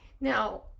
Now